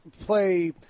play